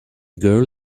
girl